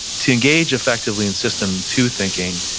to engage effectively in system two thinking,